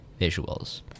visuals